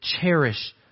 cherish